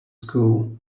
school